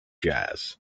jazz